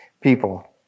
people